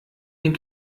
den